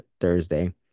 Thursday